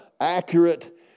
accurate